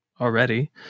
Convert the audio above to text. already